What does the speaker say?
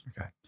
Okay